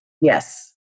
Yes